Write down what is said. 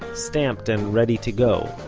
stamped and ready to go,